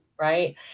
right